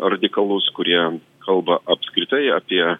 radikalus kurie kalba apskritai apie